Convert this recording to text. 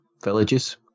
villages